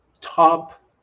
top